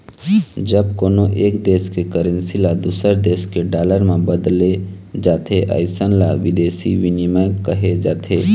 जब कोनो एक देस के करेंसी ल दूसर देस के डॉलर म बदले जाथे अइसन ल बिदेसी बिनिमय कहे जाथे